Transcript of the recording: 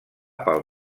pel